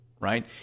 right